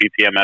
PPMS